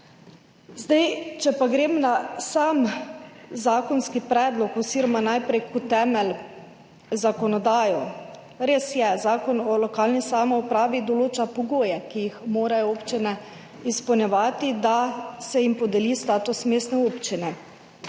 nič. Če pa grem na zakonski predlog oziroma najprej, kot temelj, na zakonodajo. Res je, Zakon o lokalni samoupravi določa pogoje, ki jih morajo občine izpolnjevati, da se jim podeli status mestne občine,